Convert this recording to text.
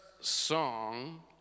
song